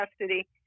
custody